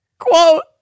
Quote